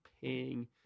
paying